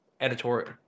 editorial